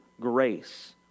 grace